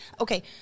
Okay